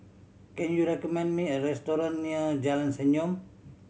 can you recommend me a restaurant near Jalan Senyum